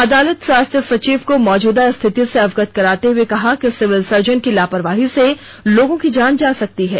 अदालत स्वास्थ्य सचिव को मौजूदा स्थिति से अवगत कराते हुए कहा कि सिविल सर्जन की लापरवाही से लोगों की जान जा सकती है